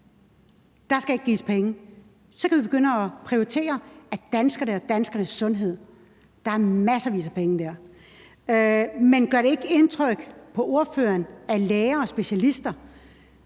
der ikke gives penge til. Så kan vi begynde at prioritere danskerne og danskernes sundhed – der er massevis af penge der. Men gør det ikke indtryk på ordføreren, at læger og specialister